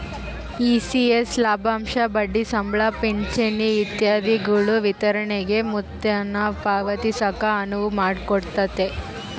ECS ಲಾಭಾಂಶ ಬಡ್ಡಿ ಸಂಬಳ ಪಿಂಚಣಿ ಇತ್ಯಾದಿಗುಳ ವಿತರಣೆಗೆ ಮೊತ್ತಾನ ಪಾವತಿಸಾಕ ಅನುವು ಮಾಡಿಕೊಡ್ತತೆ